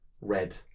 red